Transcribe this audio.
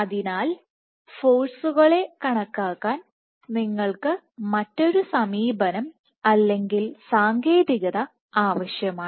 അതിനാൽ ഫോഴ്സുകളെ കണക്കാക്കാൻ നിങ്ങൾക്ക് മറ്റൊരു സമീപനം അല്ലെങ്കിൽ സാങ്കേതികത ആവശ്യമാണ്